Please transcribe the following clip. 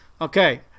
okay